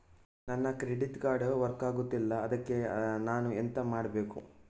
ನನ್ನ credit card work ಆಗ್ತಿಲ್ಲ ಅದ್ಕೆ ನಾನು ಎಂತ ಮಾಡಬೇಕು?